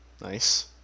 nice